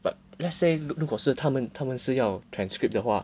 but let's say 如果是他们他们是要 transcript 的话